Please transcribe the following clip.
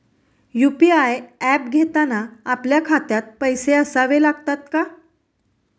UPI app घेताना आपल्या खात्यात पैसे असावे लागतात का?